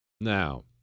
Now